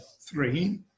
three